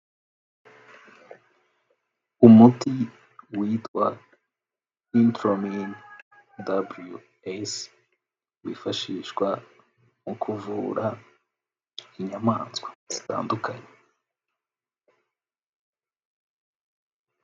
Umuti witwa intoromini daburiyu esi, wifashishwa mu kuvura inyamaswa zitandukanye.